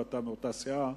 ואתה מאותה סיעה.